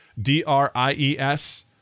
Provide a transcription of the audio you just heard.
D-R-I-E-S